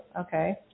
Okay